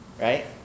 right